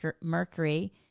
Mercury